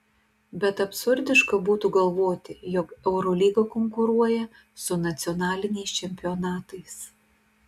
bet absurdiška būtų galvoti jog eurolyga konkuruoja su nacionaliniais čempionatais